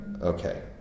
okay